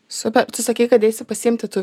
super tu sakei kad eisi pasiimti tų